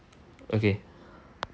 okay